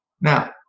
Now